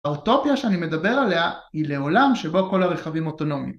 האוטופיה שאני מדבר עליה היא לעולם שבו כל הרכבים אוטונומיים